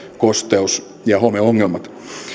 kosteus ja homeongelmat